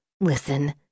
Listen